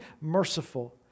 merciful